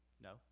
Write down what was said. No